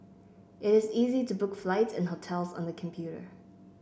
it is easy to book flights and hotels on the computer